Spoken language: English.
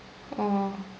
oh